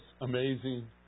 amazing